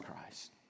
Christ